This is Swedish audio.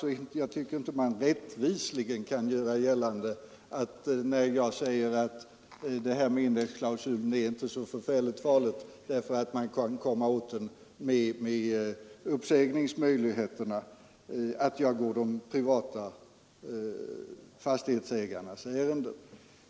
Jag tycker inte man rättvisligen kan göra gällande, när jag säger att det här med indexklausulen inte är så förfärligt farligt därför att man kan komma åt den med uppsägningsmöjligheterna, att jag går de privata fastighetsägarnas ärenden.